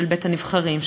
של בית-הנבחרים,